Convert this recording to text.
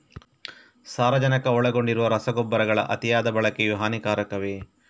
ಸಾರಜನಕ ಒಳಗೊಂಡಿರುವ ರಸಗೊಬ್ಬರಗಳ ಅತಿಯಾದ ಬಳಕೆಯು ಹಾನಿಕಾರಕವೇ?